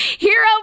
Hero